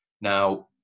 Now